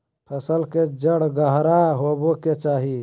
फसल के जड़ गहरा होबय के चाही